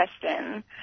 question